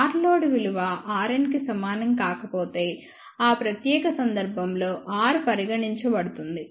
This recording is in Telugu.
Rలోడ్ విలువ Rnకి సమానం కాకపోతే ఆ ప్రత్యేక సందర్భంలో R పరిగణించబడుతుంది